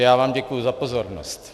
Já vám děkuji za pozornost.